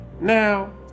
Now